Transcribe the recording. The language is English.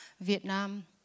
Vietnam